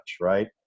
right